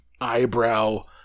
eyebrow